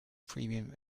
premium